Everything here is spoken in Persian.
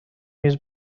میز